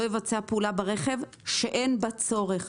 לא יבצע פעולה ברכב שאין בה צורך.